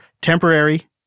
temporary